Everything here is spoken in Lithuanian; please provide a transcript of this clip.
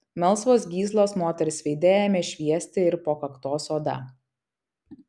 melsvos gyslos moters veide ėmė šviesti ir po kaktos oda